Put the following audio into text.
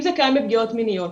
אם זה קיים בפגיעות מיניות,